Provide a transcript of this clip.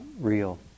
real